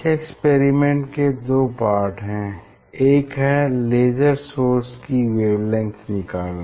इस एक्सपेरिमेंट के दो पार्ट हैं एक है लेज़र सोर्स की वेवलेंग्थ निकालना